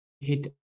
hit